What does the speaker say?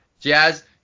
Jazz